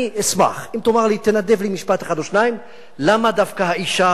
אני אשמח אם תנדב לי משפט אחד או שניים למה דווקא האשה,